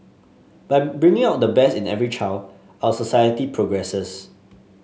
by bringing out the best in every child our society progresses